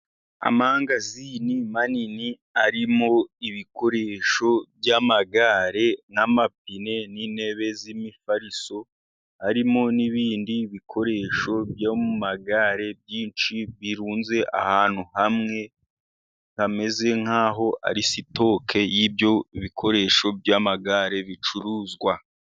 Amangazini manini arimo ibikoresho by'amagare n'amapine n'intebe z'imifariso harimo n'ibindi bikoresho by'amagare byinshi birunze ahantu hamwe hameze nkaho ari sitoke y'ibyo bikoresho by'amagare bicuruzwa.